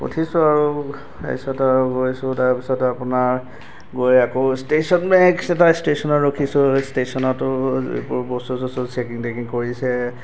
উঠিছো আৰু তাৰপিছতে আৰু গৈছো তাৰপিছতে আপোনাৰ গৈ আকৌ ষ্টেচন নেক্সট এটা ষ্টেচনত ৰখিছো ষ্টেচনটো এইবোৰ বস্তু চস্তু চেকিং টেকিং কৰিছে